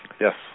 Yes